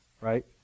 Right